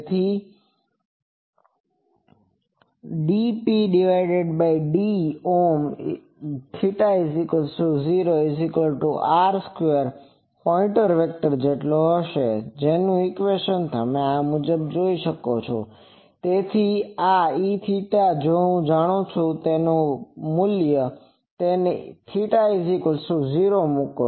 તેથી dpdΩ|θ0r2× pointing vector r212EHɸ EɸH r22ηE2 Eɸ2 તેથી આ Eθ જો હું જાણું છું તો હવે તેને θ0 મૂકો